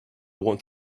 want